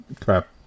Crap